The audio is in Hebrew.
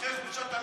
אחרי חופשת הלידה,